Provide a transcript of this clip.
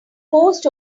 forced